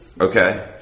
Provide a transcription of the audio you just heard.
Okay